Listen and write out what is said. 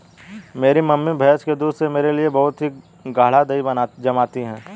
मेरी मम्मी भैंस के दूध से मेरे लिए बहुत ही गाड़ा दही जमाती है